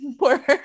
more